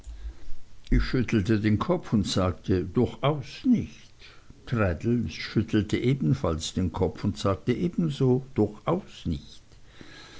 ich schüttelte den kopf und sagte durchaus nicht traddles schüttelte gleichfalls den kopf und sagte ebenso durchaus nicht